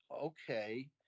okay